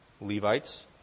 Levites